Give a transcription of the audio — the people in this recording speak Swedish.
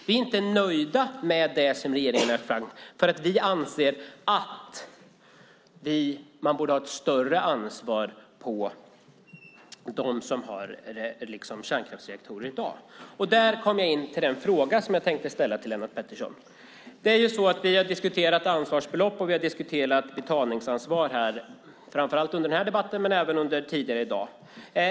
Vi är inte nöjda med det förslag som regeringen lagt fram eftersom vi anser att man borde lägga ett större ansvar på dem som har kärnkraftsreaktorer i dag. Vi har diskuterat ansvarsbelopp och betalningsansvar framför allt i denna debatt men även tidigare i dag.